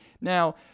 now